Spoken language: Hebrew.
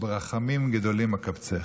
וברחמים גדֹלים אקבצך",